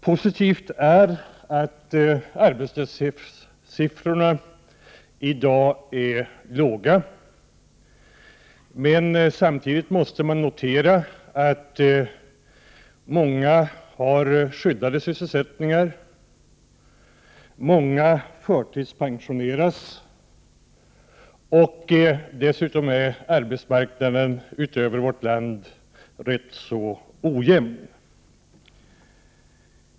Positivt är att arbetslöshetssiffrorna i dag är låga. Men samtidigt måste man notera att många har skyddade sysselsättningar, många förtidspensioneras, och dessutom är arbetsmarknaden över vårt land ganska ojämn.